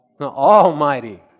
Almighty